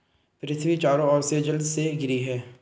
पृथ्वी चारों ओर से जल से घिरी है